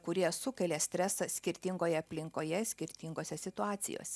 kurie sukelia stresą skirtingoje aplinkoje skirtingose situacijose